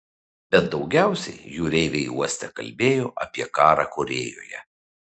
bet daugiausiai jūreiviai uoste kalbėjo apie karą korėjoje